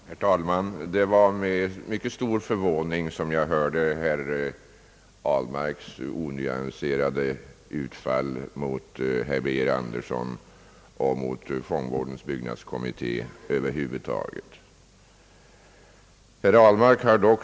Herr talman! Det var med mycket stor förvåning som jag hörde herr Ahlmarks onyanserade utfall mot herr Birger Andersson och mot fångvårdens byggnadskommitté.